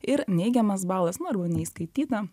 ir neigiamas balas nu arba neįskaityta